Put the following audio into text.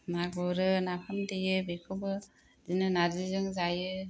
ना गुरो नाफाम देयो बेखौबो बिदिनो नारजिजों जायो